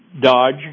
Dodge